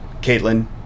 Caitlin